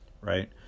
right